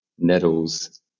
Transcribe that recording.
nettles